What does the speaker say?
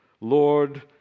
Lord